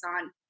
on